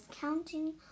counting